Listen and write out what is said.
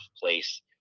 place